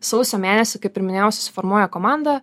sausio mėnesį kaip ir minėjau susiformuoja komanda